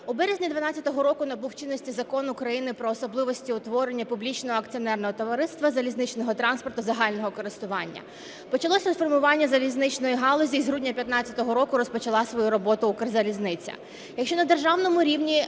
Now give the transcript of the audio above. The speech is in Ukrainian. У березні 2012 року набув чинності Закон України "Про особливості утворення публічного акціонерного товариства залізничного транспорту загального користування", почалося реформування залізничної галузі, і з грудня 2015 року розпочала свою роботу Укрзалізниця. Якщо на державному рівні